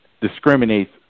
discriminates